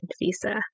visa